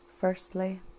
firstly